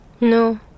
No